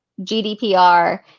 GDPR